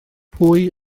pwy